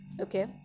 Okay